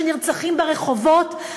שנרצחים ברחובות,